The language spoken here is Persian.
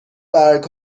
برگ